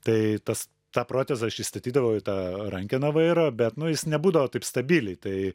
tai tas tą protezą aš įstatydavau į tą rankeną vairo bet nu jis nebūdavo taip stabiliai tai